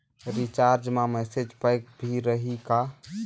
Recharge मा message pack भी रही का?